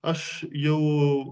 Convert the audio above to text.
aš jau